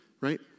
right